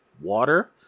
water